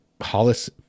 Hollis